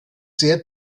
sehr